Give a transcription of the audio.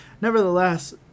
Nevertheless